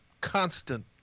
constant